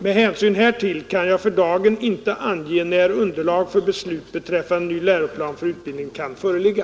Med hänsyn härtill kan jag för dagen inte ange när underlag för beslut beträffande ny läroplan för utbildningen kan föreligga.